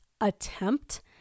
attempt